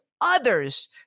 others